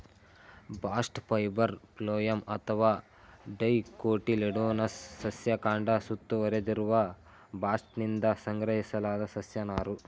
bast fibre phloem ಅಥವಾ dicotyledonous ಸಸ್ಯ ಕಾಂಡ ಸುತ್ತುವರೆದಿರುವ ಬಾಸ್ಟ್ನಿಂದ ಸಂಗ್ರಹಿಸಲಾದ ಸಸ್ಯ ನಾರು